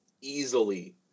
easily